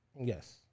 Yes